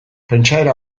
pentsaera